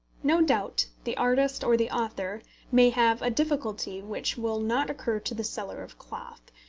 no doubt the artist or the author may have a difficulty which will not occur to the seller of cloth,